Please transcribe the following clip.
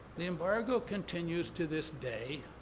the embargo continues to this day.